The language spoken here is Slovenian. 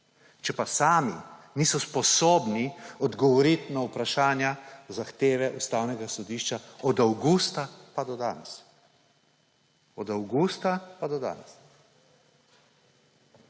če pa sami niso sposobni odgovoriti na zahteve Ustavnega sodišča od avgusta pa do danes. Od avgusta pa do danes.